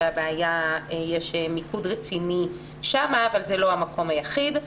שיש מיקוד רציני שם אבל זה לא המקום היחיד.